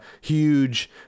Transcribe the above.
huge